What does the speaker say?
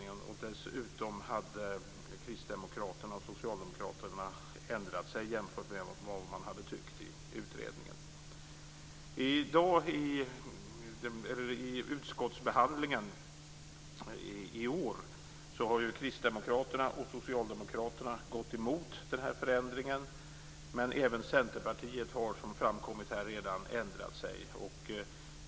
Dessutom hade Kristdemokraterna och Socialdemokraterna ändrat sig jämfört med vad man hade tyckt i utredningen. Under utskottsbehandlingen i år har Kristdemokraterna och Socialdemokraterna gått emot nämnda förändring. Även Centerpartiet har, som redan framkommit, ändrat sig.